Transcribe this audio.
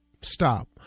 stop